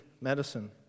medicine